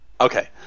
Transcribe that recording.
okay